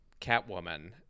Catwoman